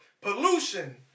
Pollution